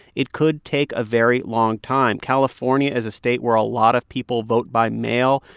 it could take a very long time california is a state where a lot of people vote by mail.